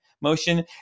motion